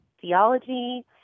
theology